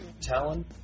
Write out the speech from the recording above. Talon